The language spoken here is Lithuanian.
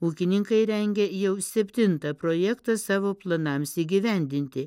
ūkininkai rengia jau septintą projektą savo planams įgyvendinti